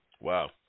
Wow